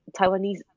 Taiwanese